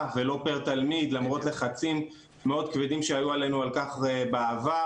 ולא פר תלמיד למרות לחצים מאוד כבדים שהיו עלינו על כך בעבר,